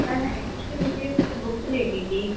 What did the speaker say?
میم actually مجھے کچھ books لینی تھی